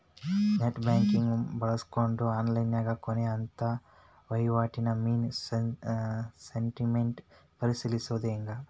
net banking ಬಳ್ಸ್ಕೊಂಡ್ ಆನ್ಲೈನ್ಯಾಗ ಕೊನೆ ಹತ್ತ ವಹಿವಾಟಿನ ಮಿನಿ ಸ್ಟೇಟ್ಮೆಂಟ್ ಪರಿಶೇಲಿಸೊದ್ ಹೆಂಗ